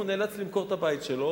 הוא נאלץ למכור את הבית שלו,